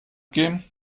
gehen